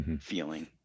feeling